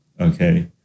Okay